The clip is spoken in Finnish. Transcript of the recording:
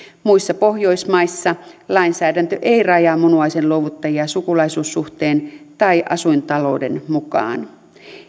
muissa pohjoismaissa lainsäädäntö ei rajaa munuaisen luovuttajia sukulaissuhteen tai asuintalouden mukaan